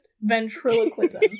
ventriloquism